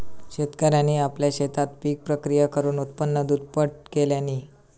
शेतकऱ्यांनी आपल्या शेतात पिक प्रक्रिया करुन उत्पन्न दुप्पट केल्यांनी